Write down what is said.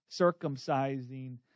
circumcising